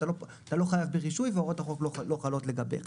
אתה לא חייב ברישוי והוראות החוק לא חלות לגביך.